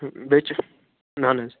بیٚیہِ چھِ اَہَن حظ